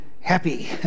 Happy